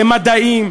למדעים,